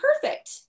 perfect